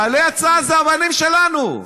חיילי צה"ל זה הבנים שלנו.